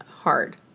hard